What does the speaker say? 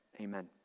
amen